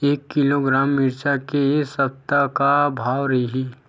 एक किलोग्राम मिरचा के ए सप्ता का भाव रहि?